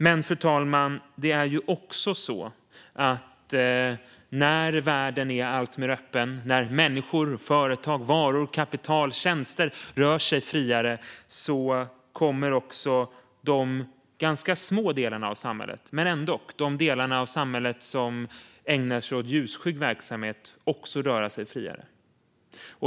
Men, fru talman, när världen är alltmer öppen, när människor och företag, varor, kapital och tjänster rör sig friare kommer de delar av samhället - ganska små men ändock - som ägnar sig åt ljusskygg verksamhet också att röra sig friare.